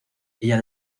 ella